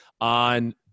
on